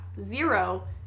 zero